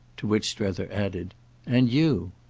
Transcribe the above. to which strether added and you.